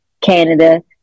Canada